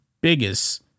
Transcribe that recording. biggest